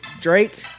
Drake